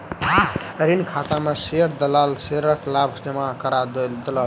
ऋण खाता में शेयर दलाल शेयरक लाभ जमा करा देलक